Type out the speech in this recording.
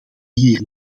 hier